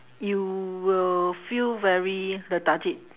you will feel very lethargic